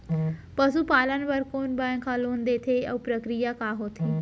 पसु पालन बर कोन बैंक ह लोन देथे अऊ प्रक्रिया का होथे?